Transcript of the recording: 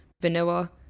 vanilla